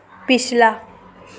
पिछला